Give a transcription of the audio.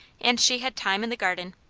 and she had time in the garden,